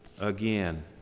again